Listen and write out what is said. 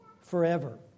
forever